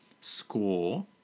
score